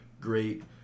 great